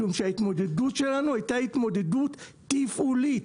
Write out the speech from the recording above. משום שההתמודדות שלנו הייתה התמודדות תפעולית,